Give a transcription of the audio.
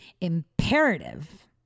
imperative